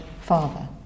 Father